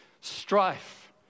strife